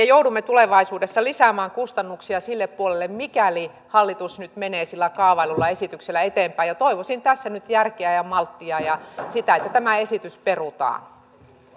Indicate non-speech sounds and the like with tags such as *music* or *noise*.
*unintelligible* joudumme tulevaisuudessa lisäämään kustannuksia sille puolelle mikäli hallitus nyt menee sillä kaavaillulla esityksellä eteenpäin toivoisin tässä nyt järkeä ja malttia ja sitä että tämä esitys perutaan